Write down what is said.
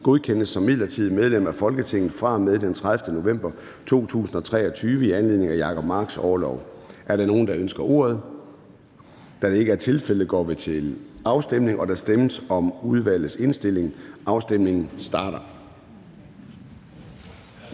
godkendes som midlertidigt medlem af Folketinget fra og med den 30. november 2023 i anledning af Jacob Marks orlov. Er der nogen, der ønsker ordet? Da det ikke er tilfældet, går vi til afstemning. Kl. 10:02 Afstemning Formanden (Søren Gade): Der stemmes om udvalgets indstilling. Afstemningen starter.